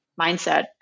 mindset